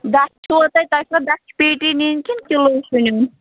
دَچھ چھُوا تۄہہِ تۄہہِ چھُوا دَچھٕ پیٹی نِنۍ کِنہٕ کِلوٗ چھُ نِیُن